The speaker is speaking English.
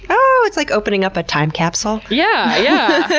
oh, it's like opening up a time capsule! yeah! yeah